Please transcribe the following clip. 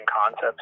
concepts